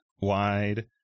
wide